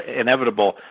inevitable